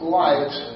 light